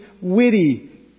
witty